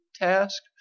task